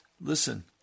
Listen